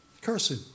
Cursing